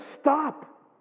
stop